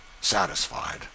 satisfied